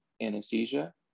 anesthesia